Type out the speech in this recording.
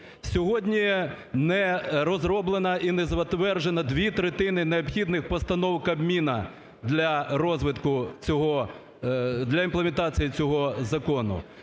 Сьогодні не розроблено і не затверджено дві третини необхідних постанов Кабміну для розвитку цього... для імплементації цього закону.